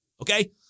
Okay